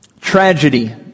Tragedy